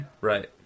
right